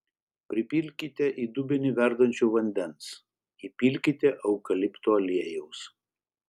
pripilkite į dubenį verdančio vandens įpilkite eukalipto aliejaus